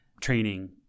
training